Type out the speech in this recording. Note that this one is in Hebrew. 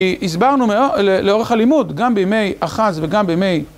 הסברנו לאורך הלימוד, גם בימי אחז וגם בימי...